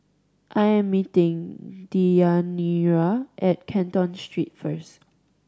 I am meeting Deyanira at Canton Street first